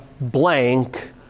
blank